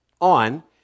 on